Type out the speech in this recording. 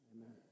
Amen